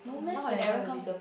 not ever already